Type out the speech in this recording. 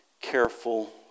careful